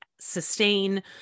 sustain